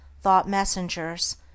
thought-messengers